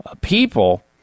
people